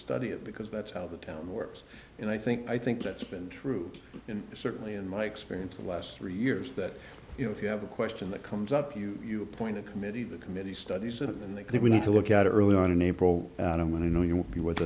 study it because that's how the town works and i think i think that's been true and certainly in my experience the last three years that you know if you have a question that comes up you you appoint a committee the committee studies it and i think we need to look at it early on in april and i'm going to know you will be with